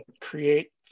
create